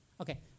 Okay